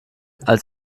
als